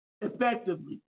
effectively